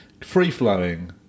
free-flowing